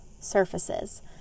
surfaces